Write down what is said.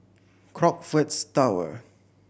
Crockfords Tower